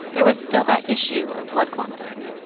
there was still that issue of blood quantum.